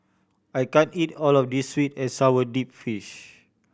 I can't eat all of this sweet and sour deep fish